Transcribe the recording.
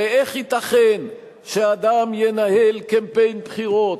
הרי איך ייתכן שאדם ינהל קמפיין בחירות